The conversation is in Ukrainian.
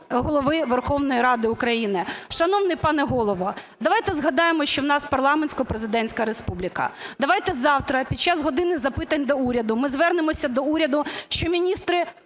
Голови Верховної Ради України. Шановний пане Голово, давайте згадаємо, що у нас парламентсько-президентська республіка, давайте завтра під час "години запитань до Уряду" звернемося до уряду, що міністри